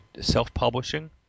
self-publishing